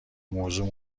موضوع